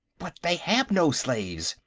but they have no slaves,